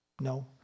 no